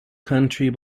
country